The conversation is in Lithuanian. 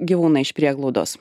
gyvūną iš prieglaudos